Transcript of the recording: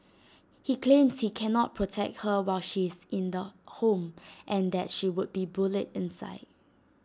he claims he cannot protect her while she is in the home and that she would be bullied inside